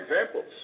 examples